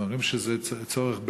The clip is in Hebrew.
ואומרים שזה צורך בין-לאומי,